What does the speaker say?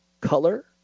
color